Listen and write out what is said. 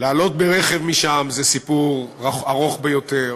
לעלות ברכב משם זה סיפור ארוך ביותר.